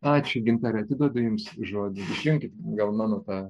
ačiūi gintare atiduodu jums žodį išjunkit gal mano tą